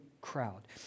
crowd